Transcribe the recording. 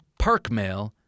parkmail